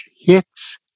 hits